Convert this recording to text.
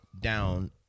down